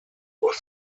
was